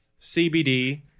CBD